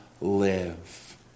live